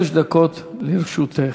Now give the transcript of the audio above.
חמש דקות לרשותך.